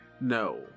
no